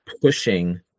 pushing